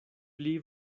pli